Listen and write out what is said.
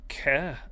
care